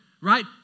right